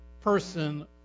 person